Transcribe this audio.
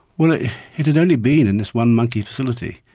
well it it had only been in this one monkey facility,